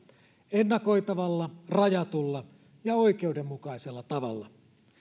ennakoitavalla rajatulla ja oikeudenmukaisella tavalla